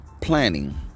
planning